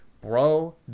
bro